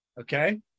Okay